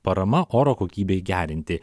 parama oro kokybei gerinti